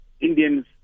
Indians